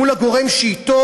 מול הגורם שאתו,